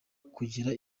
kwegera